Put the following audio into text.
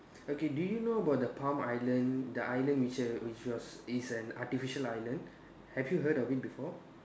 okay do you know about the palm island the island which a which was is an artificial island have you heard of it before